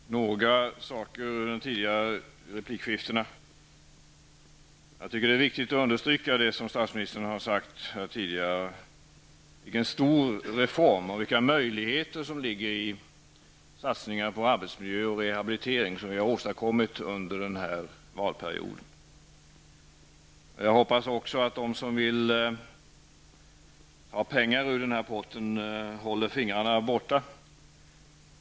Herr talman! Några saker ur de tidigare replikskiftena vill jag ta upp. Jag tycker att det är viktigt att understryka det som statsministern har sagt tidigare om vilka stora möjligheter som ligger i de satsningar på arbetsmiljö och rehabilitering som vi har åstadkommit under denna valperiod. Jag hoppas också att de som vill ta pengar ur den här potten håller fingrarna borta.